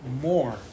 more